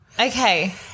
Okay